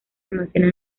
almacenan